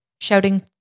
shouting